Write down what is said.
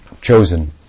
chosen